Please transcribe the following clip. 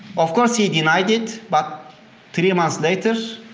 of course he denied it but three months later